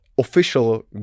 official